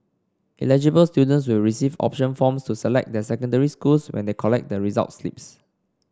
eligible students will receive option forms to select their secondary schools when they collect the results slips